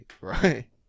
right